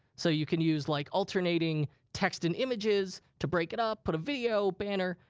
so you can use, like, alternating text and images to break it up, put a video, banner,